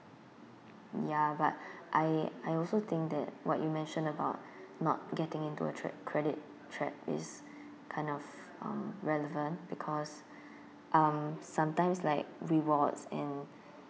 ya but I I also think that what you mentioned about not getting into a tra~ credit trap is kind of uh relevant because um sometimes like rewards and